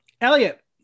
elliot